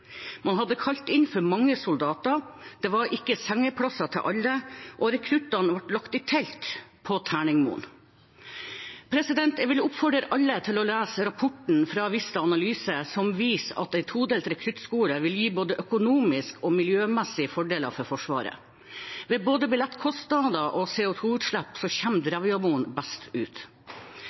Man hadde kalt inn for mange soldater. Det var ikke sengeplass til alle, og rekruttene ble lagt i telt, på Terningmoen. Jeg vil oppfordre alle til å lese rapporten fra Vista Analyse, som viser at en todelt rekruttskole vil gi både økonomiske og miljømessige fordeler for Forsvaret. Både ved billettkostnader og CO 2 -utslipp kommer Drevjamoen best ut.